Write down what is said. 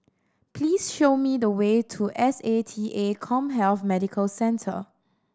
please show me the way to S A T A CommHealth Medical Centre